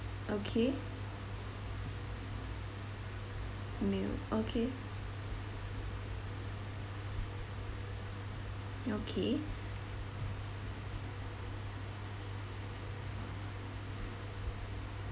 okay meal okay okay